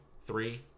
three